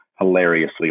hilariously